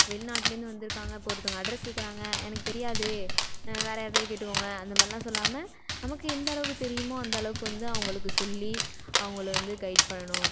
வெளி நாட்டிலேந்து வந்திருக்காங்க இப்போ ஒருத்தவங்க அட்ரஸ் கேட்குறாங்க எனக்கு தெரியாது வேற யார்டையாது கேட்டுக்கோங்க அந்தமாதிரிலாம் சொல்லாமல் நமக்கு எந்த அளவுக்கு தெரியுமோ அந்த அளவுக்கு வந்து அவங்களுக்கு சொல்லி அவங்கள வந்து கெய்ட் பண்ணணும்